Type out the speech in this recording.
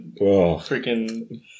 freaking